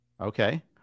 Okay